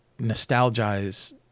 nostalgize